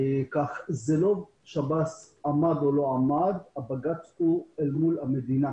זה לא ששב"ס עמד או לא עמד הבג"ץ הוא מול המדינה.